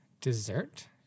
dessert